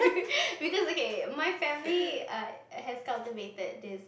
because okay my family err has cultivated this